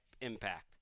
impact